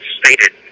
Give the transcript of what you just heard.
stated